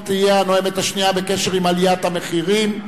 ותהיה הנואמת השנייה בקשר לעליית המחירים,